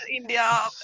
India